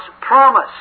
promise